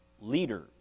leader